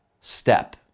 step